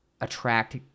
attract